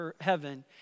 heaven